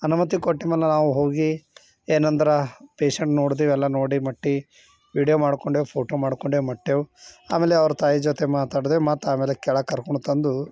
ಅನುಮತಿ ಕೊಟ್ಟ ಮೇಲೆ ನಾವು ಹೋಗಿ ಏನೆಂದ್ರೆ ಪೇಷಂಟ್ ನೋಡಿದೆವೆಲ್ಲ ನೋಡಿ ಮಟ್ಟಿ ವೀಡಿಯೋ ಮಾಡಿಕೊಂಡೆ ಫೋಟೋ ಮಾಡಿಕೊಂಡೆ ಮಟ್ಟೆವು ಆಮೇಲೆ ಅವ್ರ ತಾಯಿ ಜೊತೆ ಮಾತಾಡಿದೆ ಮತ್ತೆ ಆಮೇಲೆ ಕೆಳಗೆ ಕರ್ಕೊಂಡು ತಂದು